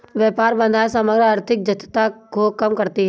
व्यापार बाधाएं समग्र आर्थिक दक्षता को कम करती हैं